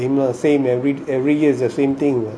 same lah same every year is the same thing